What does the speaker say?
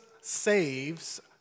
saves